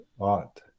ought